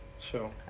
Sure